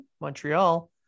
Montreal